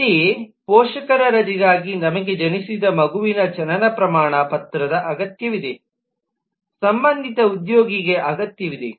ಅಂತೆಯೇ ಪೋಷಕರ ರಜೆಗಾಗಿ ನಮಗೆ ಜನಿಸಿದ ಮಗುವಿನ ಜನನ ಪ್ರಮಾಣ ಪತ್ರದ ಅಗತ್ಯವಿದೆ ಸಂಬಂಧಿತ ಉದ್ಯೋಗಿಗೆ ಅಗತ್ಯವಿದೆ